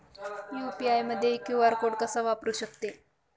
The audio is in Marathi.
मी यू.पी.आय मध्ये क्यू.आर कोड कसा वापरु शकते?